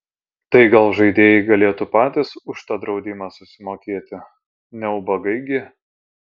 tai gal žaidėjai galėtų patys už tą draudimą susimokėti ne ubagai gi